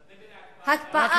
אז את נגד ההקפאה,